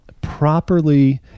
properly